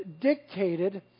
dictated